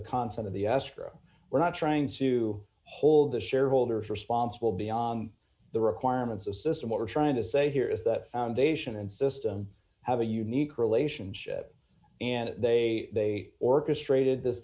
the concert of the us for we're not trying to hold the shareholders responsible beyond the requirements of system what we're trying to say here is the foundation and system have a unique relationship and they d d orchestrated this